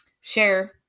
share